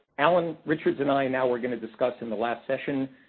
allen richards and i, now, were going to discuss, in the last session,